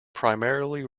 primarily